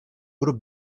grup